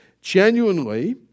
genuinely